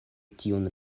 tiun